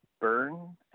burn